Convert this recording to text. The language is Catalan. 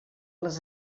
les